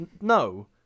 No